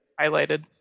Highlighted